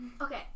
Okay